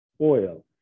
oil